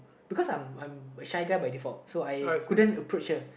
because I'm I'm a shy guy by default so I couldn't approach her